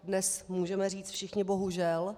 Dnes můžeme říct všichni bohužel.